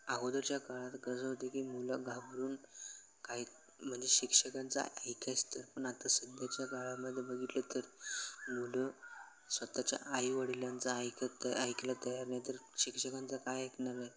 अगोदरच्या काळात कसं होतं की मुलं घाबरून काही म्हणजे शिक्षकांचा ऐकायचं तर पण आता सध्याच्या काळामध्ये बघितलं तर मुलं स्वतःच्या आई वडिलांचं ऐकत ऐकलं तयार नाही तर शिक्षकांचा काय ऐकणार आहे